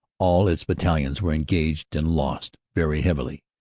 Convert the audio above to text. all its battalions were engaged and lost very heavily,